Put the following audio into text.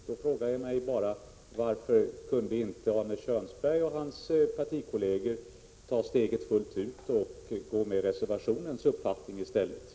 Jag frågar mig bara varför inte Arne Kjörnsberg och hans partikolleger kunde ta steget fullt ut och ansluta sig till den uppfattning som framförs i reservationen.